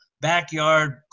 backyard